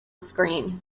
screen